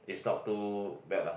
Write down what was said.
is not too bad lah